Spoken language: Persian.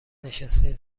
نشستین